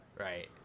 Right